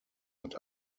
hat